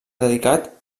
dedicat